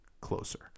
closer